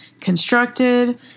constructed